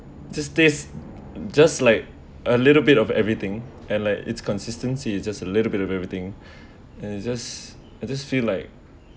just taste just like a little bit of everything and like it's consistency it just a little bit of everything and I just I just feel like